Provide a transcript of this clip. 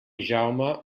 jaume